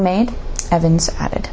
made evans added